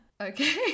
Okay